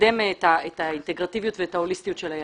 לקדם את האינטגרטיביות ואת ההוליסטיות של היעדים.